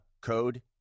code